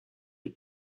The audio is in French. des